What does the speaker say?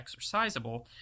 exercisable